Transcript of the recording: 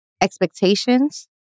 expectations